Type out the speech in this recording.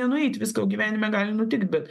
nenueit visko gyvenime gali nutikt bet